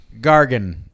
Gargan